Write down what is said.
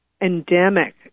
endemic